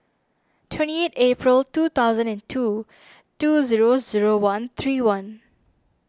twenty eight April two thousand and two two zero zero one three one